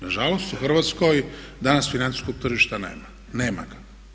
Nažalost, u Hrvatskoj danas financijskog tržišta nema, nema ga.